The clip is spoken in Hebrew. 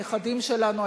הנכדים שלנו,